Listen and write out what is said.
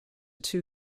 two